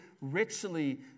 richly